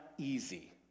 easy